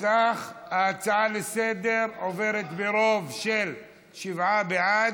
אם כך, ההצעה לסדר-היום עוברת ברוב של שבעה בעד,